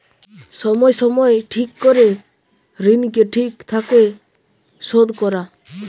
সময় সময় ঠিক করে ঋণকে ঠিক থাকে শোধ করা